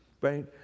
right